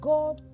God